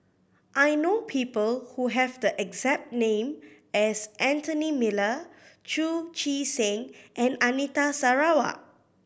I know people who have the exact name as Anthony Miller Chu Chee Seng and Anita Sarawak